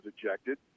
ejected